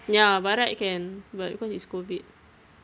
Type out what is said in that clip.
ya by right can but because it's COVID